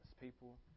people